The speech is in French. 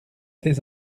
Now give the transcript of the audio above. tes